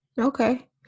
Okay